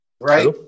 right